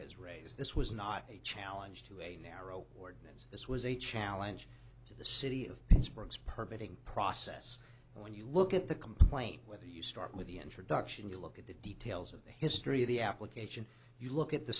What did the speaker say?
has raised this was not a challenge to a narrow ordinance this was a challenge to the city of pittsburgh permit a process when you look at the complaint whether you start with the introduction you look at the details of the history of the application you look at the